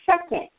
second